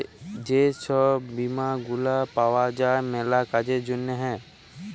যে ছব বীমা গুলা পাউয়া যায় ম্যালা কাজের জ্যনহে